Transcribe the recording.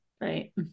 right